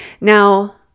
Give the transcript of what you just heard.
Now